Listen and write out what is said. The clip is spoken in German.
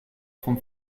vom